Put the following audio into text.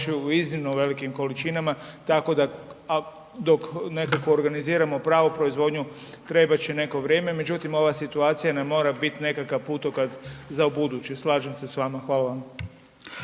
u iznimno velikim količinama tako da dok nekako organiziramo pravu proizvodnju trebat će neko vrijeme, međutim ova situacija nam mora bit nekakav putokaz za ubuduće. Slažem se s vama. Hvala vam.